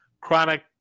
chronic